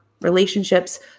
relationships